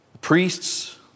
Priests